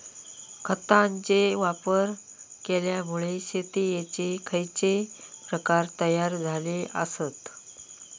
खतांचे वापर केल्यामुळे शेतीयेचे खैचे प्रकार तयार झाले आसत?